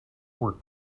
were